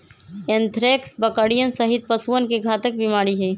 anthrax बकरियन सहित पशुअन के घातक बीमारी हई